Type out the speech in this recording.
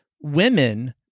women